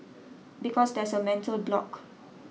because there's a mental block